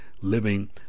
living